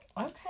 Okay